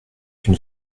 une